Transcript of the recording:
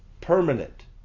Permanent